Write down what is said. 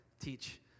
teach